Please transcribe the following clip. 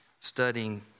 studying